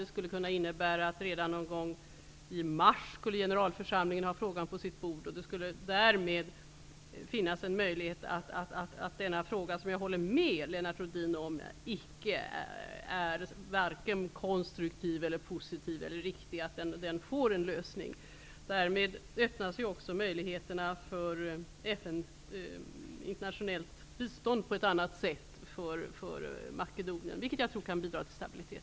Det skulle innebära att generalförsamlingen redan någon gång i mars kan ha frågan på sitt bord. Därmed skulle det finnas en möjlighet att detta problem får en lösning. Jag håller med Lennart Rohdin om att denna fråga varken är konstruktiv, positiv eller riktig. Med detta öppnas också möjligheterna för internationellt bistånd till Makedonien på ett annat sätt, vilket jag tror kan bidra till stabilitet.